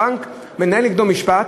הבנק מנהל נגדו משפט,